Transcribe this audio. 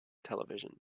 television